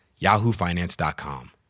yahoofinance.com